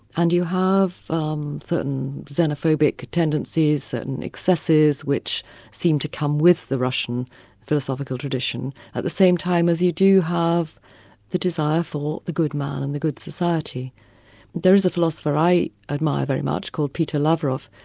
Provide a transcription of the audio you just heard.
and you have um certain xenophobic tendencies, certain excesses which seem to come with the russian philosophical tradition, at the same time as you do have the desire for the good man and the good society. but there is a philosopher i admire very much called peter lavrov,